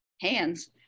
hands